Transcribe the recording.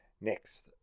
Next